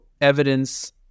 evidence